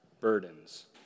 burdens